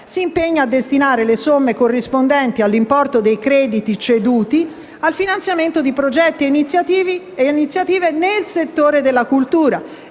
turismo, a destinare le somme corrispondenti all'importo dei crediti ceduti al finanziamento di progetti e iniziative nel settore della cultura,